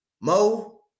Mo